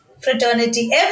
fraternity